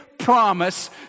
promise